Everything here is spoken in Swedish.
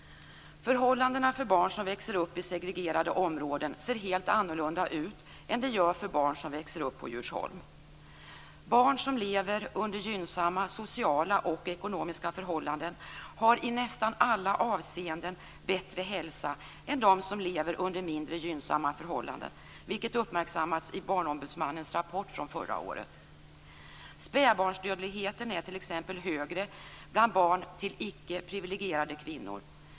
Förhållandena för barn som växer upp i segregerade områden ser helt annorlunda ut än de gör för barn som växer upp på Djursholm. Barn som lever under gynnsamma sociala och ekonomiska förhållanden har i nästan alla avseenden bättre hälsa än de som lever under mindre gynnsamma förhållanden, vilket uppmärksammats i Barnombudsmannens rapport från förra året. Spädbarnsdödligheten är t.ex. högre bland barn till icke-priviligierade kvinnor.